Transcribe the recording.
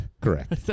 Correct